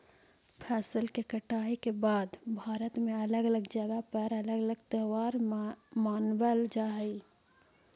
फसल के कटाई के बाद भारत में अलग अलग जगह पर अलग अलग त्योहार मानबल जा हई